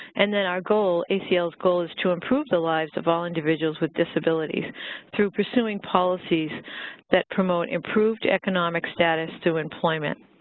and then our goal, acl's goal is to improve the lives of all individuals with disabilities through pursuing policies that promote improved economic status through employment,